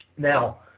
Now